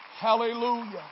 Hallelujah